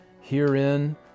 herein